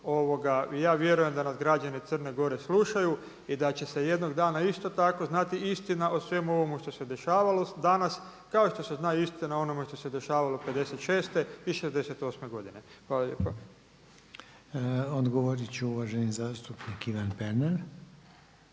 Ja vjerujem da nas građani Crne Gore slušaju i da će se jednog dana isto tako znati istina o svemu ovome što se dešavalo danas kao što se zna istina o onome što se dešavalo '56. i '68. godine. Hvala lijepa. **Reiner, Željko (HDZ)** Odgovorit će uvaženi zastupnik Ivan Pernar.